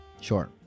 Sure